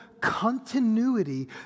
continuity